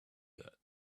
that